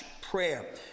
prayer